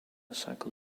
cycle